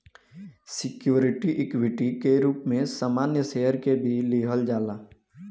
security equity के रूप में सामान्य शेयर के भी लिहल जाला